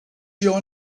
your